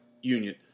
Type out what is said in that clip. union